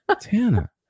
Tana